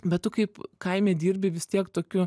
bet tu kaip kaime dirbi vis tiek tokiu